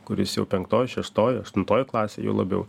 kuris jau penktoj šeštoj aštuntoj klasėj juo labiau